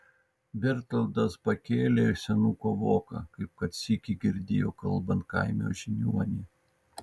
bertoldas pakėlė senuko voką kaip kad sykį girdėjo kalbant kaimo žiniuonį